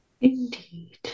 Indeed